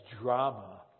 drama